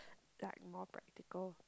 like more practical